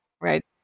right